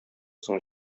соң